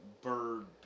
bird